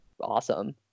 awesome